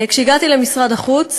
כשהגעתי למשרד החוץ